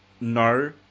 no